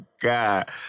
God